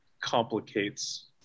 complicates